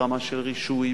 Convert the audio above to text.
ברמה של רישוי,